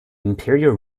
imperial